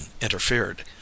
interfered